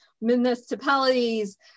municipalities